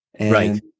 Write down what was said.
Right